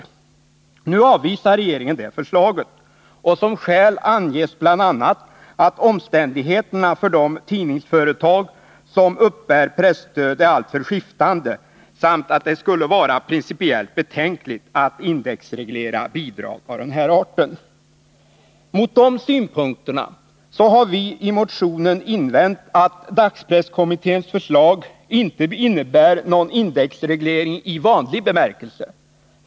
— 30 april 1981 Nu avvisar regeringen detta förslag, och som skäl anges bl.a. att omständigheterna för de tidningsföretag som uppbär presstöd är alltför skiftande samt att det skulle vara principiellt betänkligt att indexreglera bidrag av den här arten. Mot de synpunkterna har vi i motionen invänt att dagspresskommitténs förslag inte innebär någon indexreglering i vanlig bemärkelse.